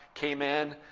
came in,